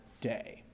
day